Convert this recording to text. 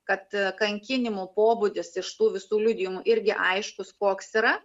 kad kankinimų pobūdis iš tų visų liudijimų irgi aiškus koks yra